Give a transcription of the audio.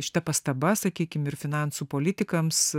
šita pastaba sakykim ir finansų politikams